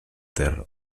ter